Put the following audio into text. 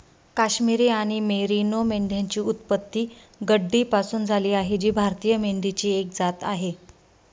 काश्मिरी आणि मेरिनो मेंढ्यांची उत्पत्ती गड्डीपासून झाली आहे जी भारतीय मेंढीची एक जात आहे